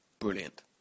Brilliant